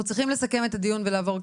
אנחנו צריכים לסכם את הדיון ולעבור,